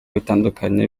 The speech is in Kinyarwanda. bitandukanye